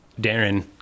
Darren